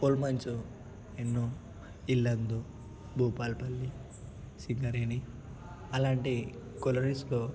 coal mines ఎన్నో Yellandu Bhupalpally Singareni అలాంటి క్వారీస్లో